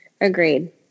Agreed